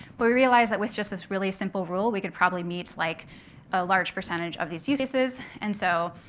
but we realized that with just this really simple rule, we could probably meet like a large percentage of these use cases. and so